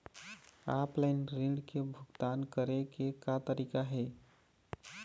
Offline ऋण के भुगतान करे के का तरीका हे?